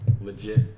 legit